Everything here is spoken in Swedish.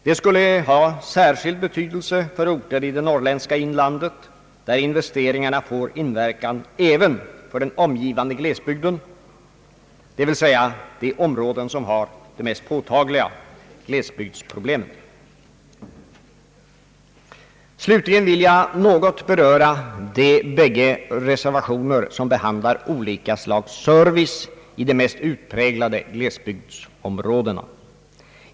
Det skulle särskilt ha betydelse för orter i det norrländska inlandet, där investeringarna får inverkan även för den omgivande glesbygden, dvs. de områden som har de mest påtagliga glesbygdsproblemen. Slutligen vill jag något beröra de bägge reservationer som behandlar olika slag av service i de mest utpräglade glesbygdsområdena.